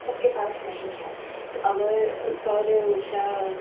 सबके पास नहीं है तो अगर सूर्य ऊर्जा